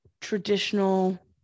traditional